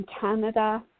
Canada